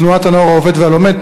תנועת "הנוער העובד והלומד",